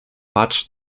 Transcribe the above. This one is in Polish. patrz